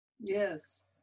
Yes